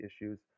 issues